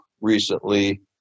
recently